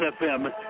FM